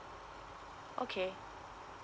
okay